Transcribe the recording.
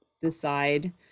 decide